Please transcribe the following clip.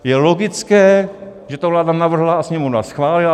Je logické, že to vláda navrhla a Sněmovna schválila.